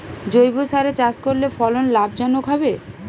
জৈবসারে চাষ করলে ফলন লাভজনক হবে?